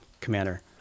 commander